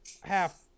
half